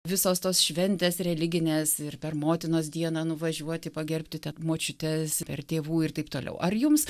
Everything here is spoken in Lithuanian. visos tos šventės religinės ir per motinos dieną nuvažiuoti pagerbti ten močiutes ir tėvų ir taip toliau ar jums